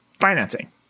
financing